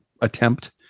attempt